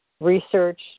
research